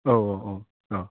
औ औ औ ओह